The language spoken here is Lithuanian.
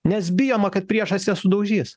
nes bijoma kad priešas jas sudaužys